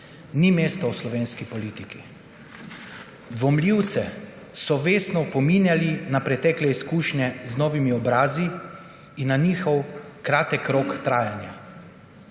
ni mesto v slovenski politiki. Dvomljivce so vestno opominjali na pretekle izkušnje z novimi obrazi in na njihov kratek rok trajanja.